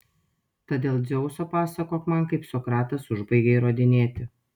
tad dėl dzeuso pasakok man kaip sokratas užbaigė įrodinėti